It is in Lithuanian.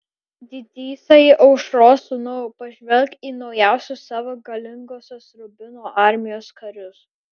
didysai aušros sūnau pažvelk į naujausius savo galingosios rubino armijos karius